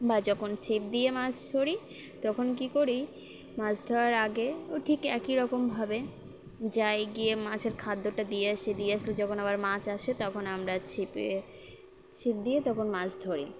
বা যখন ছিপ দিয়ে মাছ ধরি তখন কী করি মাছ ধরার আগে ও ঠিক একই রকমভাবে যায় গিয়ে মাছের খাদ্যটা দিয়ে আসি দিয়ে আসল যখন আবার মাছ আসে তখন আমরা ছিপে ছিপ দিয়ে তখন মাছ ধরি